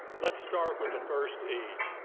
let's start with the first e,